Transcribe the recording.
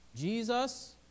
Jesus